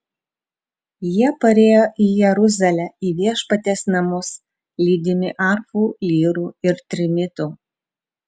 jie parėjo į jeruzalę į viešpaties namus lydimi arfų lyrų ir trimitų